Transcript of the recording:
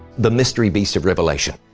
the mystery beast of revelation.